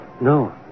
No